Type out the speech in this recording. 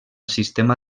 sistema